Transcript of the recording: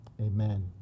Amen